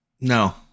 no